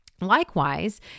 Likewise